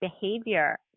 behavior